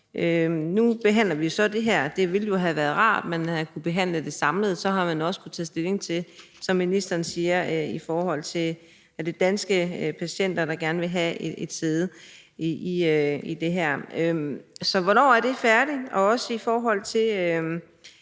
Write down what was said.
nu behandler vi så det her. Det ville jo have været rart, at man havde kunnet behandle det samlet, for så ville man også have kunnet tage stilling til, som ministeren siger, at Danske Patienter gerne vil have et sæde i det her. Så hvornår er det færdigt? Og i forhold til